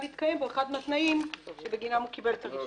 להתקיים בו אחד מהתנאים שבגינם הוא קיבל את הרישיון.